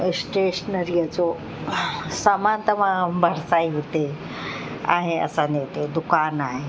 स्टेशनरीअ जो सामान त मां भरिसां ई हुते आहे असांजे हुते दुकानु आहे